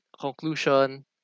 conclusion